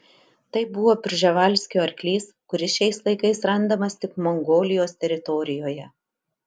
tai buvo prževalskio arklys kuris šiais laikais randamas tik mongolijos teritorijoje